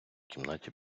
кімнаті